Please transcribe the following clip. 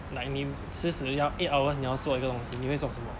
like 你死死要 eight hours 你要做一个东西你会做什么